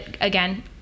again